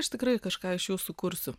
aš tikrai kažką iš jū sukursiu